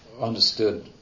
understood